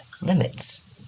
limits